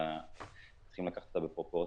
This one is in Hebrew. אלא צריכים לקחת אותה בפרופורציות,